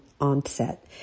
onset